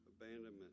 Abandonment